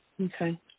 Okay